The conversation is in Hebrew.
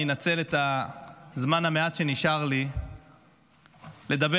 אנצל את הזמן המועט שנשאר לי כדי לדבר